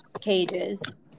cages